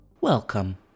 Welcome